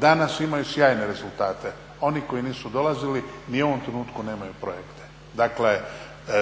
danas imaju sjajne rezultate, oni koji nisu dolazili ni u ovom trenutku nemaju projekte. Dakle,